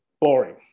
boring